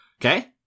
Okay